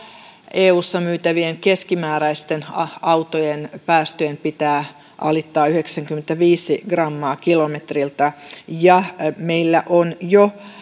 eussa myytävien keskimääräisten autojen päästöjen pitää alittaa yhdeksänkymmentäviisi grammaa kilometriltä ja että meillä on